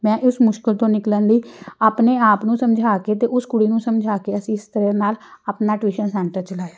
ਮੈਂ ਉਸ ਮੁਸ਼ਕਿਲ ਤੋਂ ਨਿਕਲਣ ਲਈ ਆਪਣੇ ਆਪ ਨੂੰ ਸਮਝਾ ਕੇ ਅਤੇ ਉਸ ਕੁੜੀ ਨੂੰ ਸਮਝਾ ਕੇ ਅਸੀਂ ਇਸ ਤਰ੍ਹਾਂ ਨਾਲ ਆਪਣਾ ਟਿਊਸ਼ਨ ਸੈਂਟਰ ਚਲਾਇਆ